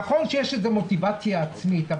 נכון שיש מוטיבציה עצמית,